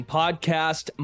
podcast